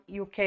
UK